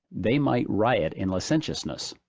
they might riot in licentiousness.